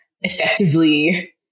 effectively